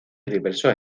diversos